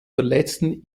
verletzten